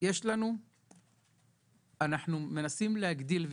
אנחנו מנסים להגדיל את התקנים של המפקחים,